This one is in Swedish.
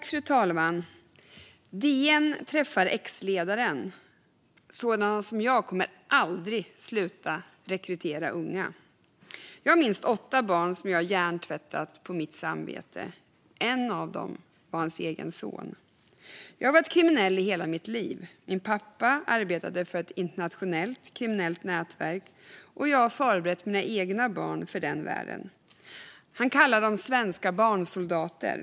Fru talman! DN träffar en ex-gängledare som säger: Sådana som jag kommer aldrig att sluta rekrytera unga. Jag har minst åtta barn som jag har hjärntvättat på mitt samvete. Ett av barnen var hans egen son. Han fortsätter: Jag har varit kriminell i hela mitt liv. Min pappa arbetade för ett internationellt kriminellt nätverk, och jag har förberett mina egna barn för den världen. Han kallar dem svenska barnsoldater.